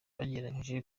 bagerageje